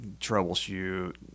troubleshoot